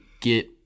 get